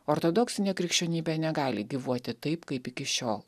ortodoksinė krikščionybė negali gyvuoti taip kaip iki šiol